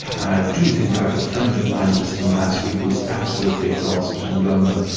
and i do think like a friend of mine just in the last week, who was absolutely exhausted in london,